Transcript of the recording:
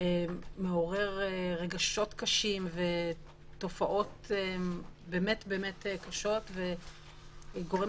מעורר רגשות קשים ותופעות באמת קשות וגורם